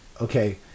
Okay